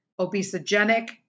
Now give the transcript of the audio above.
obesogenic